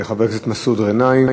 של חבר הכנסת מסעוד גנאים,